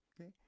Okay